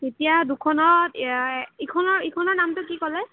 তেতিয়া দুখনত ইখনৰ ইখনৰ নামটো কি ক'লে